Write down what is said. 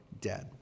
dead